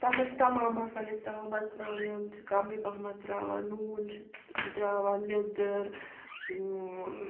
تَتھ منٛز چھِ تمام مصالہٕ أسۍ ترٛاوان مرژٕوانٛگنَن چھُ کمٕے پہمَتھ ترٛاوان نوٗن چھِ ترٛاوان لیٚدٕر